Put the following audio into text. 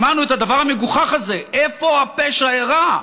שמענו את הדבר המגוחך הזה: איפה הפשע אירע?